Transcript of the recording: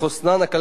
כמו כן,